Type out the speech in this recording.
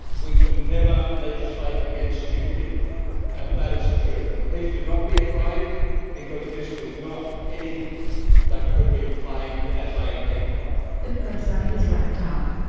we can never legislate against stupidity. and that is the truth of it. please do not be afraid because this was not anything that could be claimed as a hate crime. the presser is wrapped up.